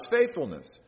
faithfulness